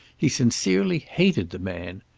he sincerely hated the man.